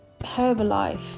Herbalife